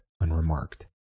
unremarked